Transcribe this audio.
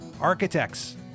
architects